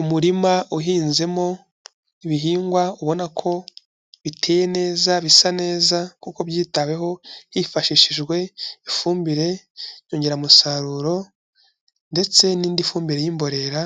Umurima uhinzemo ibihingwa ubona ko biteye neza, bisa neza kuko byitaweho hifashishijwe ifumbire nyongeramusaruro, ndetse n'indi fumbire y'imborera,